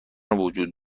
وجود